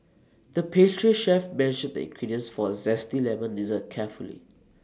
the pastry chef measured the ingredients for A Zesty Lemon Dessert carefully